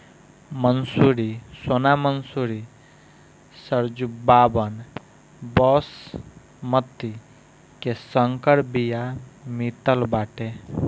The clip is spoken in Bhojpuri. मंसूरी, सोना मंसूरी, सरजूबावन, बॉसमति के संकर बिया मितल बाटे